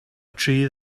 tree